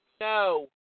No